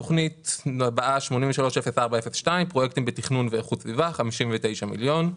תכנית 830402 - פרויקטים בתכנון ואיכות סביבה 59 מיליון.